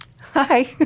Hi